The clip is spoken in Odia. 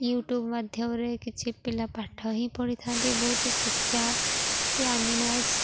ୟୁଟ୍ୟୁବ୍ ମାଧ୍ୟମରେ କିଛି ପିଲା ପାଠ ହିଁ ପଢ଼ିଥାନ୍ତି ବହୁତ ଶିକ୍ଷା କି ଆନିମଲସ୍